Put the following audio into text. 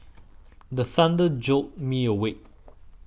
the thunder jolt me awake